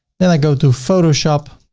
then i go to photoshop,